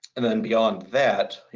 and then beyond that,